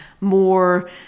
more